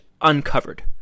uncovered